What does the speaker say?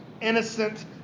innocent